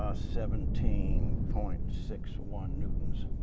ah seventeen point six one newtons